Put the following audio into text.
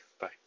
Bye